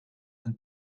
and